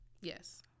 Yes